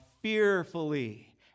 fearfully